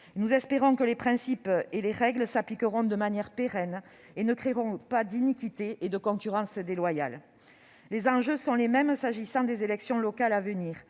Nous espérons que les principes et les règles s'appliqueront de manière pérenne et ne créeront pas d'iniquité et de concurrence déloyale. Les enjeux sont les mêmes s'agissant des élections locales à venir.